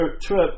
trip